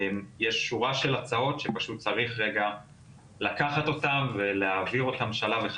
יש שורה של הצעות שצריך לקחת אותן ולהעביר אותן שלב אחד